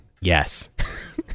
Yes